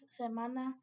semana